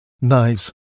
knives